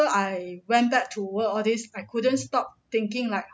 I went back to work all this I couldn't stop thinking like